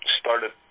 started